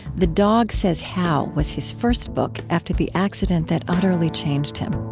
the dog says how was his first book after the accident that utterly changed him